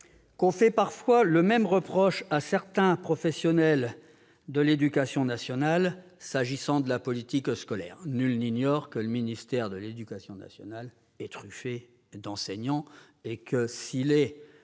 l'on fait parfois le même reproche à certains professionnels de l'éducation nationale s'agissant de la politique scolaire. Nul n'ignore que le ministère de l'éducation nationale est truffé d'enseignants et que, s'il est